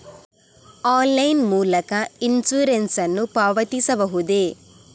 Online ಮೂಲಕ insurance ನ್ನು ಪಾವತಿಸಬಹುದೇ?